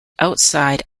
outside